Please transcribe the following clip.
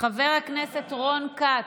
חבר הכנסת רון כץ,